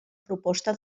proposta